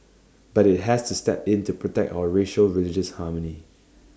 but IT has to step in to protect our racial religious harmony